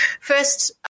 first